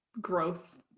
growth